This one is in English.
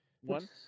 one